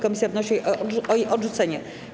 Komisja wnosi o jej odrzucenie.